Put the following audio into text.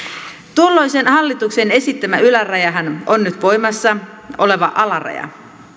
tuolloisen hallituksen esittämä ylärajahan on nyt voimassa oleva alaraja